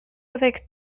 avec